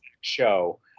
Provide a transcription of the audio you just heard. show